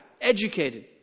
educated